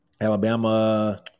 Alabama